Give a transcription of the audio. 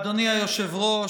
אדוני היושב-ראש,